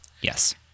Yes